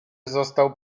został